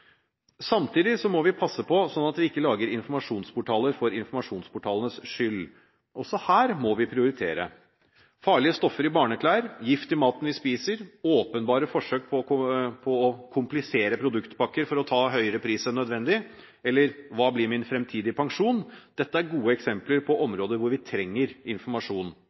Samtidig må vi passe på så vi ikke lager informasjonsportaler for informasjonsportalenes skyld. Også her må vi prioritere. Farlige stoffer i barneklær, gift i maten vi spiser, åpenbare forsøk på å komplisere produktpakker for å ta høyere pris enn nødvendig, eller hva blir min fremtidige pensjon, er gode eksempler på områder hvor vi trenger informasjon.